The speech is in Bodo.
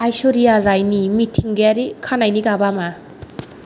आइस्व'रिया राइनि मिथिंगायारि खानायनि गाबा मा